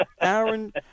Aaron